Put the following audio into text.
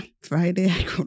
Friday